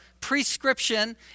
prescription